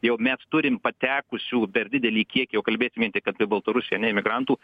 jau mes turim patekusių per didelį kiekį jau kalbėsiu vien tik apie baltarusiją imigrantų